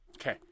Okay